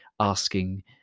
asking